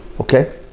Okay